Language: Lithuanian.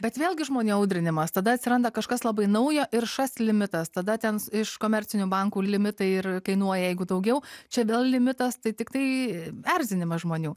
bet vėlgi žmonių audrinimas tada atsiranda kažkas labai nauja ir šast limitas tada ten iš komercinių bankų limitai ir kainuoja jeigu daugiau čia vėl limitas tai tiktai erzinimas žmonių